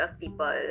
people